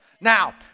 Now